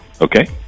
Okay